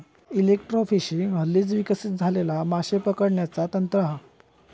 electrofishing हल्लीच विकसित झालेला माशे पकडण्याचा तंत्र हा